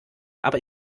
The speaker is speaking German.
aber